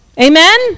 Amen